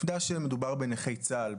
העובדה שמדובר בנכי צה"ל,